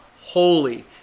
holy